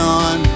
on